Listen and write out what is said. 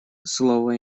слово